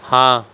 ہاں